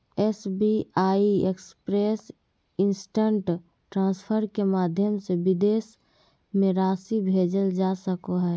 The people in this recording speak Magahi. एस.बी.आई एक्सप्रेस इन्स्टन्ट ट्रान्सफर के माध्यम से विदेश में राशि भेजल जा सको हइ